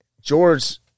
George